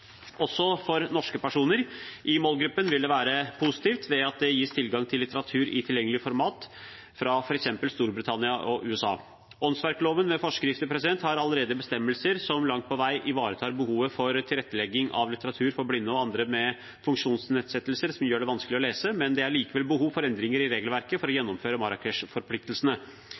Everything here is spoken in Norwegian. Også for norske personer i målgruppen vil dette være positivt ved at det gis tilgang til litteratur i tilgjengelige format fra f.eks. Storbritannia og USA. Åndsverkloven med forskrift har allerede bestemmelser som langt på vei ivaretar behovet for tilrettelegging av litteratur for blinde og andre med funksjonsnedsettelser som gjør det vanskelig å lese, men det er likevel behov for endringer i regelverket for å gjennomføre